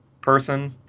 person